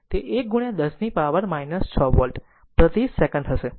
તેથી તે 1 10ની પાવર 6 વોલ્ટ પ્રતિ સેકંડ હશે